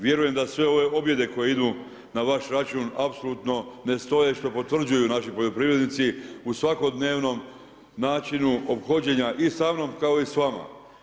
Vjerujem da sve ove objede koje idu na vaš račun, apsolutno ne stoje, što potvrđuju naši poljoprivrednici u svakodnevnom načinu ophođenja i sa mnom, kao i s vama.